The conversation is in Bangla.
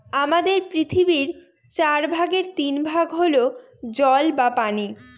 আমাদের পৃথিবীর চার ভাগের তিন ভাগ হল জল বা পানি